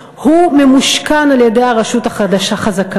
הוא ממושכן על-ידי הרשות החזקה,